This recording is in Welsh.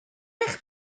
eich